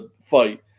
fight